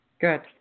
Good